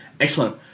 Excellent